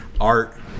art